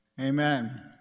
Amen